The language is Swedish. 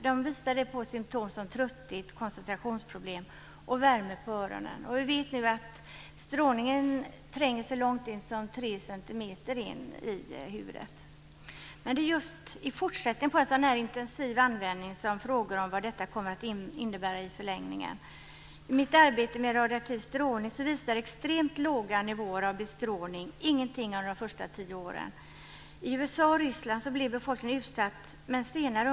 Den visade på symtom som trötthet, koncentrationsproblem och värme på öronen. Vi vet nu att strålningen tränger så långt som tre centimeter in i huvudet. Med en fortsatt intensiv användning som finns det skäl att ställa frågor om vad detta kommer att innebära i förlängningen. I mitt arbete med radioaktiv strålning har jag funnit att extremt låga nivåer av bestrålning inte visar några följder under de första tio åren. I USA och Ryssland blev befolkningen utsatt för sådan strålning.